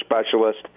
specialist